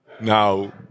now